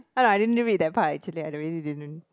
oh no I didn't read that part actually I really didn't read